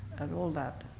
and all that,